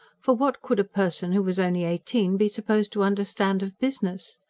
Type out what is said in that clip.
for what could a person who was only eighteen be supposed to understand of business?